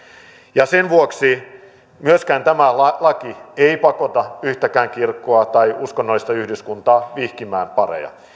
ja sen vuoksi myöskään tämä laki ei pakota yhtäkään kirkkoa tai uskonnollista yhdyskuntaa vihkimään pareja